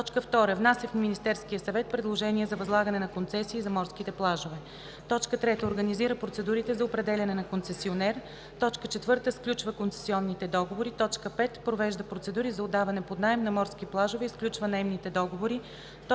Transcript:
закон; 2. внася в Министерския съвет предложения за възлагане на концесии за морските плажове; 3. организира процедурите за определяне на концесионер; 4. сключва концесионните договори; 5. провежда процедури за отдаване под наем на морски плажове и сключва наемните договори;